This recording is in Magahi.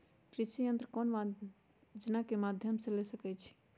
कृषि यंत्र कौन योजना के माध्यम से ले सकैछिए?